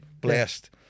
blessed